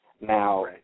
Now